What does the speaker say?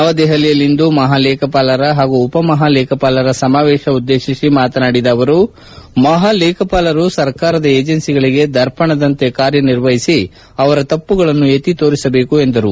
ನವದೆಹಲಿಯಲ್ಲಿಂದು ಮಹಾಲೇಖಪಾಲರ ಹಾಗೂ ಉಪಮಹಾಲೇಖಪಾಲರ ಸಮಾವೇಶ ಉದ್ದೇತಿಸಿ ಮಾತನಾಡುತ್ತಿದ್ದ ಅವರು ಮಹಾಲೇಖಪಾಲರು ಸರ್ಕಾರದ ಏಜೆನ್ನಿಗಳಿಗೆ ದರ್ಪಣದಂತೆ ಕಾರ್ಯನಿರ್ವಹಿಸಿ ಅವರ ತಪ್ಪುಗಳನ್ನು ಎತ್ತಿ ತೋರಿಸಬೇಕು ಎಂದರು